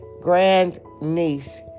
grandniece